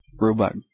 robot